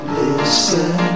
listen